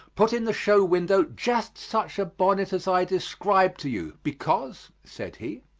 put in the show window just such a bonnet as i describe to you because, said he,